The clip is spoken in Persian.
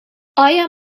آیا